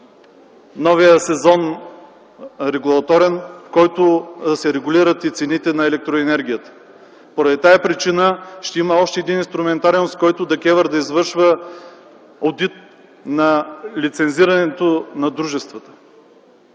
новия регулаторен сезон, в който се регулират и цените на електроенергията. По тази причина ще има още един инструментариум, чрез който ДКЕВР да извършва одит на лицензирането на дружествата.